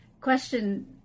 question